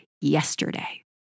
yesterday